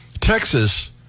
Texas